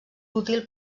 útil